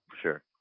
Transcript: Sure